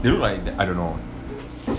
they look like that I don't know